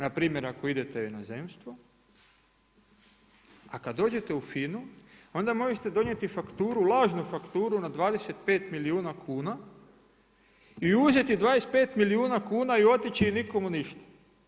Na primjer ako idete u inozemstvo, a kad dođete u FINA-u onda možete donijeti fakturu, lažnu fakturu na 25 milijuna kuna i uzeti 25 milijuna kuna i otići i nikomu ništa.